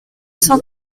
cent